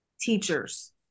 teachers